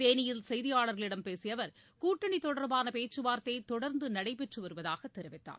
தேனியில் செய்தியாளர்களிடம் பேசிய அவர் கூட்டணி தொடர்பான பேச்சுவார்த்தை தொடர்ந்து நடைபெற்றுவருவதாக தெரிவித்தார்